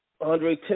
Andre